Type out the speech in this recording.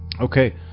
Okay